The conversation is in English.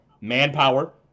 manpower